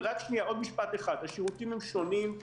השירותים הם שונים.